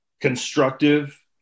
constructive